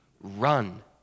run